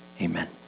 Amen